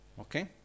okay